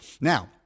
Now